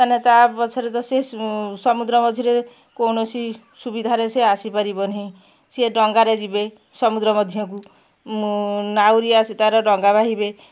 ତାନେ ତା ପଛରେ ତ ସେ ସମୁଦ୍ର ମଝିରେ କୌଣସି ସୁବିଧାରେ ସେ ଆସିପାରିବନି ସିଏ ଡଙ୍ଗାରେ ଯିବେ ସମୁଦ୍ର ମଧ୍ୟକୁ ମୁଁ ନାଉରିଆ ସେ ତାର ଡଙ୍ଗା ବାହିବେ